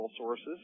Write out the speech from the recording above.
sources